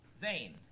Zane